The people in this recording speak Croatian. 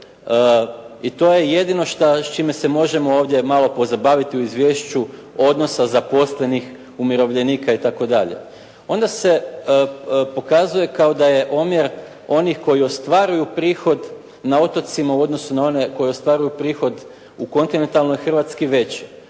i to je jedino s čime se možemo ovdje malo pozabaviti u izvješću, odnosa zaposlenih, umirovljenika itd., onda se pokazuje kao da je omjer onih koji ostvaruju prihod na otocima u odnosu na one koji ostvaruju prihod u kontinentalnoj Hrvatskoj veći.